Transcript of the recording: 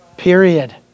period